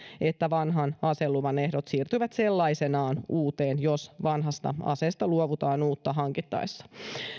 että vanhan aseluvan ehdot siirtyvät sellaisenaan uuteen jos vanhasta aseesta luovutaan uutta hankittaessa